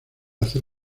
hacer